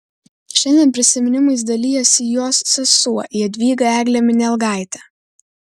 šiandien prisiminimais dalijasi jos sesuo jadvyga eglė minialgaitė